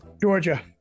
Georgia